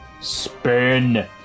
Spin